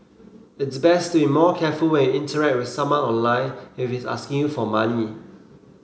it's best to be more careful when interact with someone online if he's asking you for money